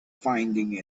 finding